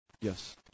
Yes